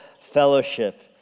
fellowship